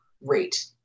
rate